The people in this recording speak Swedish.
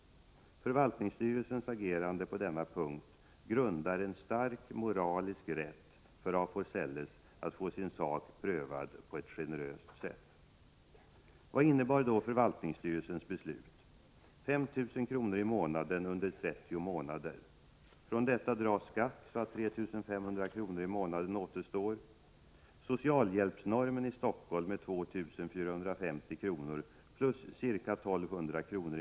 Förvaltningsstyrelsens agerande på denna punkt grundar en stark moralisk rätt för af Forselles att få sin sak prövad på ett generöst sätt. Vad innebar då förvaltningsstyrelsens beslut? Jo, 5 000 kr. i månaden under 30 månader. Från detta dras skatt så att 3 500 kr. i månaden återstår. Socialhjälpsnormen i Stockholm är 2 450 kr. plus ca 1 200 kr.